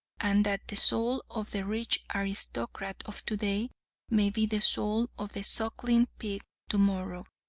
and that the soul of the rich aristocrat of today may be the soul of the suckling pig tomorrow.